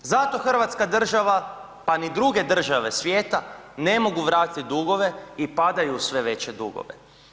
Zato Hrvatska država pa ni druge države svijeta ne mogu vratiti dugove i padaju u sve veće dugove.